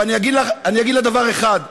ואני אגיד לה דבר אחד,